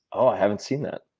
ah i haven't seen that.